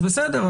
אז בסדר,